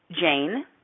Jane